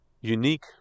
unique